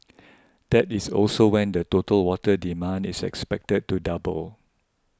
that is also when the total water demand is expected to double